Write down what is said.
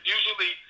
Usually